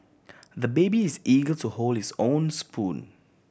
the baby is eager to hold his own spoon